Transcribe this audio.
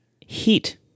Heat